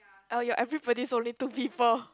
oh ya everybody's only two people